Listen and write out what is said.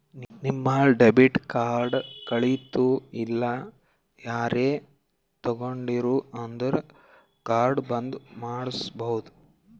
ನಿಮ್ debit card ಕಳಿತು ಇಲ್ಲ ಯಾರರೇ ತೊಂಡಿರು ಅಂದುರ್ ಕಾರ್ಡ್ ಬಂದ್ ಮಾಡ್ಸಬೋದು